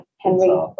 Henry